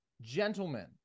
gentlemen